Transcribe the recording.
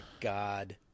God